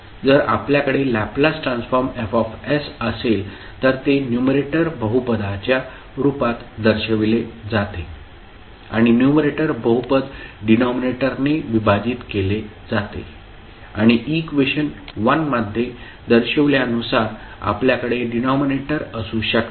जर आपल्याकडे Laplace transform F असेल तर ते न्युमरेटर बहुपदाच्या रूपात दर्शविले जाते आणि न्युमरेटर बहुपद डिनॉमिनेटरने विभाजित केले जाते आणि इक्वेशन मध्ये दर्शविल्यानुसार आपल्याकडे डिनॉमिनेटर असू शकतात